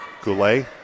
Goulet